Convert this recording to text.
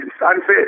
unfair